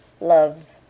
love